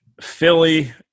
Philly